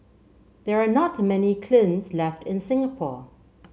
there are not many kilns left in Singapore